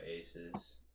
Aces